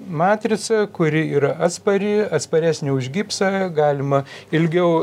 matricą kuri yra atspari atsparesnė už gipsą galima ilgiau